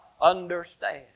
understand